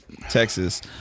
Texas